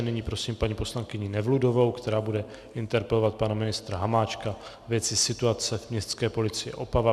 Nyní prosím paní poslankyni Nevludovou, která bude interpelovat pana ministra Hamáčka ve věci situace Městské policie Opava.